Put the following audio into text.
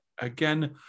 Again